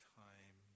time